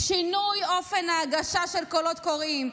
שינוי אופן ההגשה של קולות קוראים,